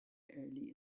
early